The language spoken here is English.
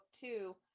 two